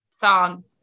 song